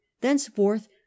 Thenceforth